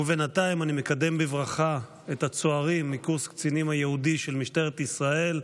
בינתיים אני מקדם בברכה את הצוערים מקורס קצינים ייעודי של משטרת ישראל,